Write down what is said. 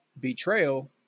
betrayal